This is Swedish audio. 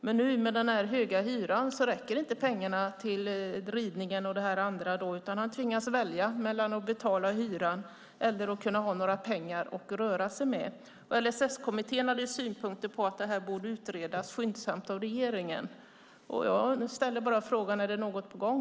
Men nu, i och med den höga hyran, räcker inte pengarna till ridningen och det andra, utan han tvingas välja mellan att betala hyran eller att kunna ha några pengar att röra sig med. LSS-kommittén hade synpunkter på att det här borde utredas skyndsamt av regeringen. Jag ställer bara frågan: Är det något på gång?